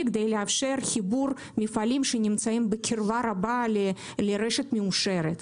כדי לאפשר חיבור מפעלים שנמצאים בקרבה רבה לרשת מאושרת.